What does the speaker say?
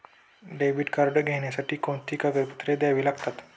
Debit card घेण्यासाठी कोणती कागदपत्रे द्यावी लागतात?